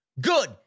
Good